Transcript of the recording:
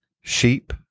sheep